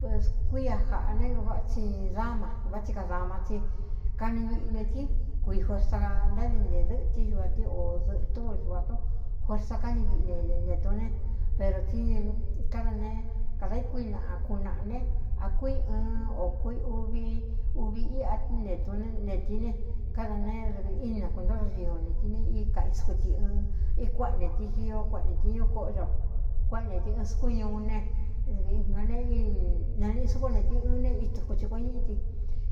Pues kuia jaꞌā né un váꞌa tsi dáma vá tsi kadāma tsí kani viꞌi ne tsí kuii juerza ntádi ntee dɨ́ꞌtɨ́ ñuvā tɨ o dɨꞌɨ̄ tún o ñuvā tún juerza káni viꞌi ne ntetune pero tsi káda neé kadāíkuinaꞌa kunaꞌa ne a kui ɨɨn ō kui uvi uvi íꞌa net netíí ne káda neé dɨvi ín nakuntódogio netin ne i ka i skuti ɨn í kueꞌen neti ñio kueꞌen netiñú kóꞌo do kuéꞌen nte tɨ ɨɨn sukú ñuú ne dɨvi a ne naniꞌi so kúneti ɨɨn ne ítuku ti kue ñííti